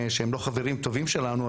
שהם לא החברים הטובים שלנו,